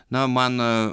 na man